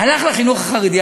הלך לחינוך החרדי,